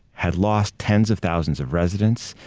had lost tens of thousands of residents.